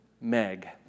Meg